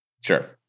Sure